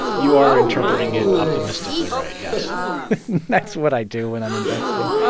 you are interpreting it optimistically right, yes that's what i do when i'm investing.